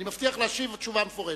אני מבטיח להשיב תשובה מפורטת.